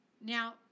Now